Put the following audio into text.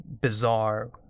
bizarre